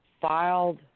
filed